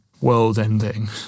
world-ending